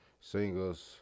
singers